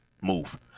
move